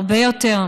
הרבה יותר,